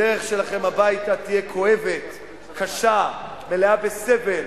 הדרך שלכם הביתה תהיה כואבת, קשה, מלאה בסבל